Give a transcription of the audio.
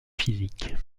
physique